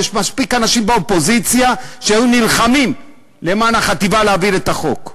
יש מספיק אנשים באופוזיציה שהיו נלחמים למען החטיבה להעביר את החוק.